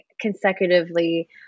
consecutively